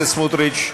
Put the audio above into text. סמוטריץ,